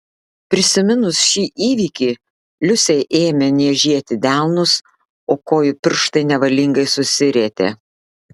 prisiminus šį įvykį liusei ėmė niežėti delnus o kojų pirštai nevalingai susirietė